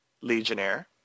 Legionnaire